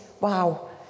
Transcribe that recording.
wow